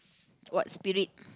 what spirit